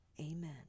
Amen